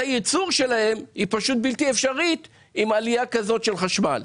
היא צריכה להיות מקום שבו באים מעם ישראל להציג את הדברים כפי שהם.